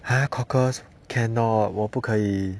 !huh! cockles cannot 我不可以